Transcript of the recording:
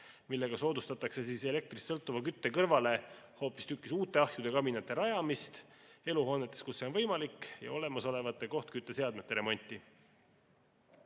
millega soodustatakse elektrist sõltuva kütte kõrvale hoopistükkis uute ahjude ja kaminate rajamist eluhoonetes, kus see on võimalik, ja olemasolevate kohtkütteseadmete remonti.